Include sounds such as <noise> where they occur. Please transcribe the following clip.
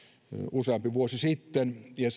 useampi vuosi sitten ja <unintelligible>